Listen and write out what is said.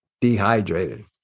dehydrated